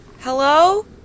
hello